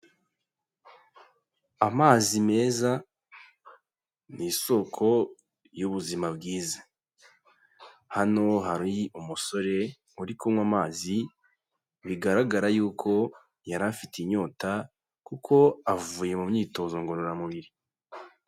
Amazi meza ni isoko y'ubuzima bwiza, hano hari umusore uri kunywa amazi, bigaragara yuko yari afite inyota kuko avuye mu myitozo ngororamubiri.